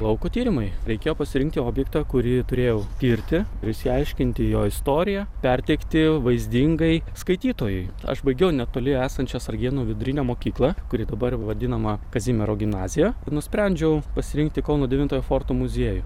lauko tyrimai reikėjo pasirinkti objektą kurį turėjau tirti išsiaiškinti jo istoriją perteikti vaizdingai skaitytojui aš baigiau netoli esančią sargėnų vidurinę mokyklą kuri dabar vadinama kazimiero gimnazija nusprendžiau pasirinkti kauno devintojo forto muziejų